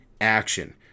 action